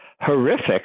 horrific